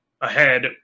ahead